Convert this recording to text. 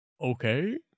Okay